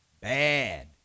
Bad